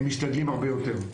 הם משתדלים הרבה יותר.